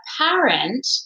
apparent